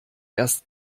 erst